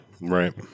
Right